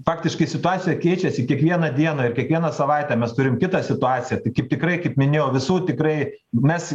faktiškai situacija keičiasi kiekvieną dieną ir kiekvieną savaitę mes turim kitą situaciją tai kaip tikrai kaip minėjau visų tikrai mes